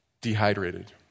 dehydrated